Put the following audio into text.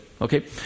Okay